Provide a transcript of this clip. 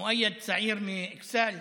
מואייד, צעיר מאכסאל,